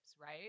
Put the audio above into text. right